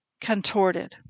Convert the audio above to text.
contorted